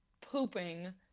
pooping